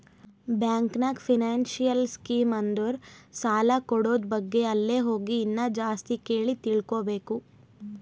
bank ನಾಗ್ financial scheme ಅಂದುರ್ ಸಾಲ ಕೂಡದ್ ಬಗ್ಗೆ ಅಲ್ಲೇ ಹೋಗಿ ಇನ್ನಾ ಜಾಸ್ತಿ ಕೇಳಿ ತಿಳ್ಕೋಬೇಕು